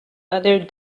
other